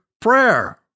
prayer